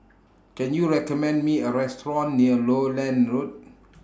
Can YOU recommend Me A Restaurant near Lowland Road